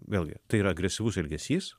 vėlgi tai yra agresyvus elgesys